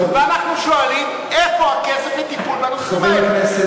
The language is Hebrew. ואנחנו שואלים: איפה הכסף לטיפול בנושאים האלה?